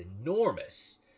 enormous